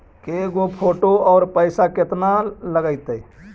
के गो फोटो औ पैसा केतना लगतै?